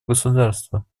государства